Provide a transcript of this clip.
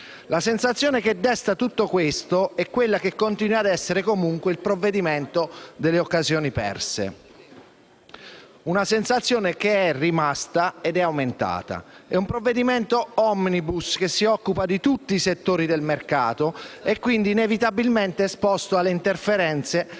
La sensazione che desta tutto questo è quella che continui a essere comunque il provvedimento delle occasioni perse. Una sensazione che è rimasta ed è aumentata. È un provvedimento *omnibus* che si occupa di tutti i settori del mercato e, quindi, inevitabilmente esposto alle interferenze